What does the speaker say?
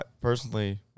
personally